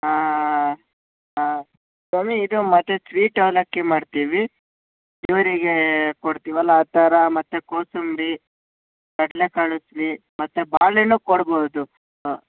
ಹಾಂ ಹಾಂ ಸ್ವಾಮಿ ಇದು ಮತ್ತೆ ಸ್ವೀಟ್ ಅವಲಕ್ಕಿ ಮಾಡ್ತೀವಿ ಇವ್ರಿಗೆ ಕೊಡ್ತಿವಲ್ಲ ಆ ಥರ ಮತ್ತೆ ಕೋಸಂಬ್ರಿ ಕಡ್ಲೆಕಾಳು ಉಸ್ಲಿ ಮತ್ತೆ ಬಾಳೆಹಣ್ಣು ಕೊಡ್ಬೋದು ಹಾಂ